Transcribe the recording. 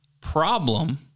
problem